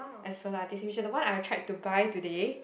as solo artist which is the one I tried to buy today